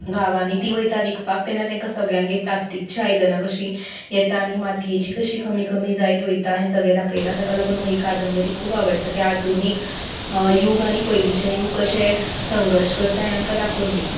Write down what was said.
गांवांनी तीं वयता विकपाक तेन्ना तेंका सगल्यांगेर प्लास्टीकचीं आयदनां कशीं येता आनी मातयेचीं कशीं कमी कमी जायत वयता हें सगळें दाखयलां तेका लागून ही कादंबरी म्हाका खूब आवडटा तें आधुनीक यूग आनी पयलींचें यूग कशें संघर्श करता हें आमकां दाखोवन दिलां